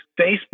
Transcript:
Facebook